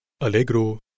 Allegro